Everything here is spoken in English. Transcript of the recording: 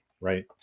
right